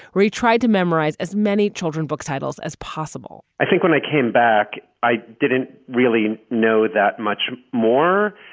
retried to memorize as many children book titles as possible i think when i came back, i didn't really know that much more,